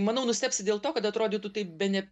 manau nustebsi dėl to kad atrodytų tai bene